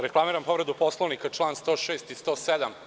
Reklamiram povredu Poslovnika, čl. 106. i 107.